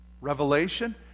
revelation